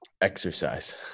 Exercise